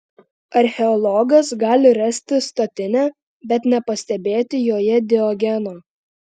archeologas gali rasti statinę bet nepastebėti joje diogeno